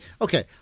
Okay